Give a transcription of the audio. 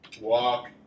walk